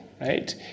right